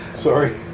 Sorry